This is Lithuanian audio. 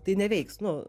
tai neveiks nu